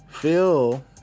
Phil